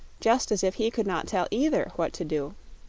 just as if he could not tell, either, what to do.